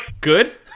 good